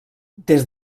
des